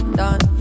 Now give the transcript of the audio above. done